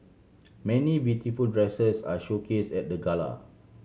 many beautiful dresses are showcase at the gala